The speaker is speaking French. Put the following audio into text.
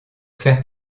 faire